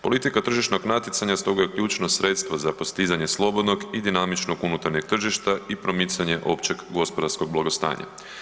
Politika tržišnog natjecanja stoga je ključno sredstvo za postizanje slobodnog i dinamičnog unutarnjeg tržišta i promicanje općeg gospodarskog blagostanja.